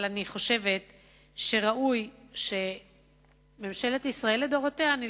אני חושבת שראוי שממשלות ישראל לדורותיהן,